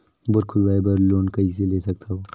Bore खोदवाय बर loan कइसे ले सकथव?